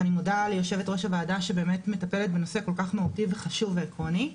ואני מודה ליו"ר הוועדה שבאמת מטפלת בנושא כל כך מהותי וחשוב ועקרוני.